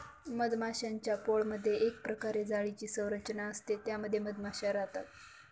मधमाश्यांच्या पोळमधे एक प्रकारे जाळीची संरचना असते त्या मध्ये मधमाशा राहतात